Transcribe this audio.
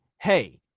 hey